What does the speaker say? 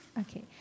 Okay